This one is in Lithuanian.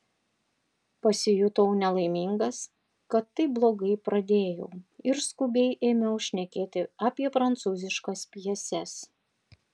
pasijutau nelaimingas kad taip blogai pradėjau ir skubiai ėmiau šnekėti apie prancūziškas pjeses